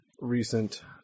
recent